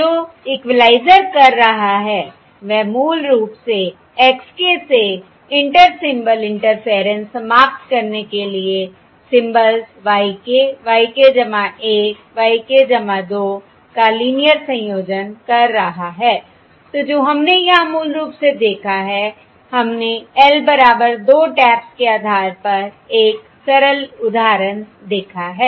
तो जो इक्वलाइज़र कर रहा है वह मूल रूप से x k से इंटर सिंबल इंटरफेयरेंस समाप्त करने के लिए symbols y k y k 1 y k 2 का लीनियर संयोजन कर रहा हैI तो जो हमने यहां मूल रूप से देखा है हमने L बराबर 2 टैप्स के आधार पर एक सरल उदाहरण देखा है